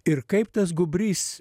ir kaip tas gūbrys